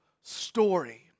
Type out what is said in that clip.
story